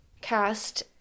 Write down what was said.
cast